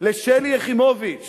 לשלי יחימוביץ